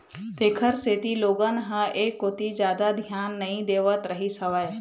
तेखर सेती लोगन ह ऐ कोती जादा धियान नइ देवत रहिस हवय